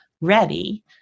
ready